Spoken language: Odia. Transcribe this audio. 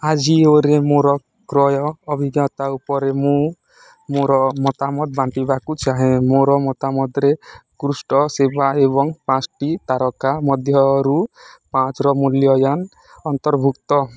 ଆଜିଓରେ ମୋର କ୍ରୟ ଅଭିଜ୍ଞତା ଉପରେ ମୁଁ ମୋର ମତାମତ ବାଣ୍ଟିବାକୁ ଚାହେଁ ମୋର ମତାମତରେ ଉତ୍କୃଷ୍ଟ ସେବା ଏବଂ ପାଞ୍ଚଟି ତାରକା ମଧ୍ୟରୁ ପାଞ୍ଚର ମୂଲ୍ୟାୟାନ ଅନ୍ତର୍ଭୁକ୍ତ